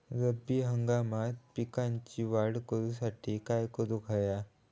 रब्बी हंगामात पिकांची वाढ करूसाठी काय करून हव्या?